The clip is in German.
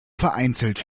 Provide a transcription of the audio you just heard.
vereinzelt